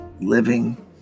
living